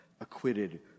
acquitted